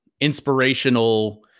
inspirational